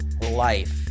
life